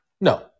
No